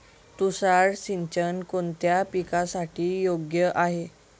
तुषार सिंचन कोणत्या पिकासाठी योग्य आहे?